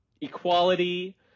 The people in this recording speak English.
equality